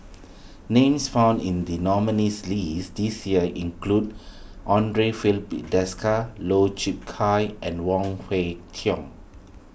names found in the nominees' list this year include andre Filipe Desker Lau Chiap Khai and Wong Kwei Cheong